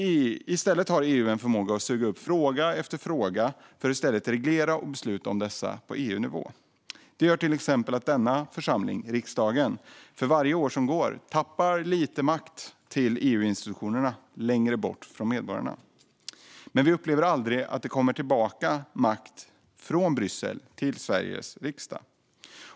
I stället har EU en förmåga att suga upp fråga efter fråga för att i stället reglera och besluta om dessa på EU-nivå. Det gör att till exempel denna församling, riksdagen, för varje år som går tappar lite makt till EU-institutionerna längre bort från medborgarna, men vi upplever aldrig att makt kommer tillbaka från Bryssel till Sveriges riksdag.